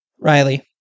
Riley